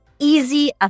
easy